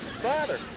Father